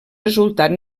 resultat